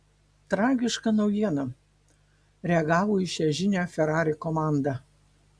tragiška naujiena reagavo į šią žinią ferrari komanda